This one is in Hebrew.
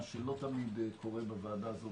מה שלא תמיד קורה בוועדה הזו,